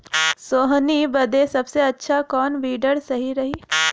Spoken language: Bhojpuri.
सोहनी बदे सबसे अच्छा कौन वीडर सही रही?